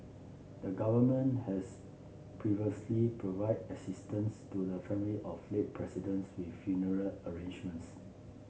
the government has previously provided assistance to the family of late Presidents with funeral arrangements